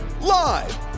Live